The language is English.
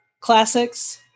classics